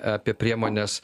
apie priemones